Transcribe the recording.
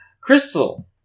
Crystal